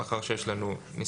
מאחר ויש יש לנו ניסיון,